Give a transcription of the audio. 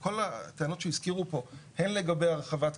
כל הטענות שהזכירו פה הן לגבי הרחבת כבישים,